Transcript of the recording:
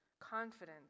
confident